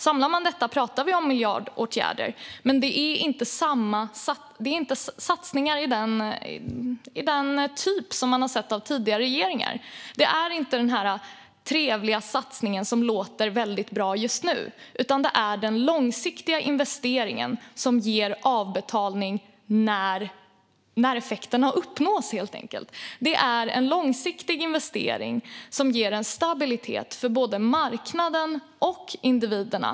Samlar man detta pratar vi alltså om miljardåtgärder. Det är dock inte satsningar av den typ som vi sett från tidigare regeringar. Det är inte den här trevliga satsningen som låter väldigt bra just nu, utan det är den långsiktiga investeringen som betalar sig när effekterna uppnås, helt enkelt. Det är en långsiktig investering som ger stabilitet för både marknaden och individerna.